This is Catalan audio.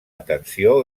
atenció